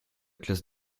classe